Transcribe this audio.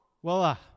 Voila